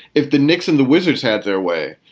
if the nixon the wizards had their way,